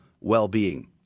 well-being